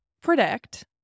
predict